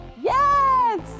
Yes